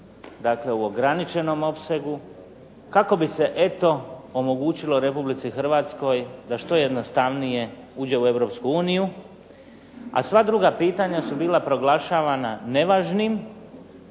dakle u ograničenom opsegu kako bi se eto omogućilo Republici Hrvatskoj da što jednostavnije uđe u Europsku uniju, a sva druga pitanja su bila proglašavana nevažnim